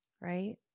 Right